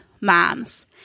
moms